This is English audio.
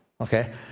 okay